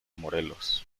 morelos